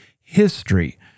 history